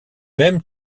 même